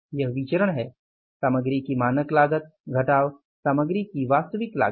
यह विचरण है सामग्री की मानक लागत घटाव सामग्री की वास्तविक लागत